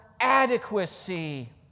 adequacy